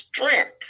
strength